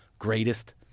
greatest